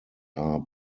are